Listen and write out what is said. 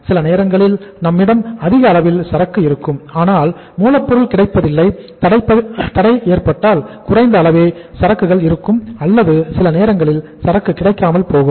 சில நேரங்களில் நம்மிடம் அதிக அளவில் சரக்கு இருக்கும் ஆனால் மூலப்பொருள் கிடைப்பதில் தடை ஏற்பட்டால் குறைந்த அளவே சரக்குகள் இருக்கும் அல்லது சில நேரங்களில் சரக்கு கிடைக்காமல் போகும்